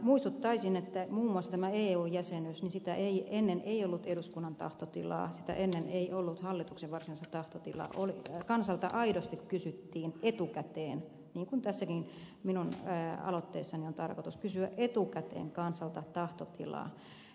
muistuttaisin että muun muassa ennen eu jäsenyyttä ei ollut eduskunnan tahtotilaa sitä ennen ei ollut hallituksen varsinaista tahtotilaa kansalta aidosti kysyttiin etukäteen niin kuin tässäkin minun aloitteessani on tarkoitus kysyä etukäteen kansalta tahtotilaa